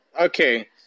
Okay